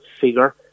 figure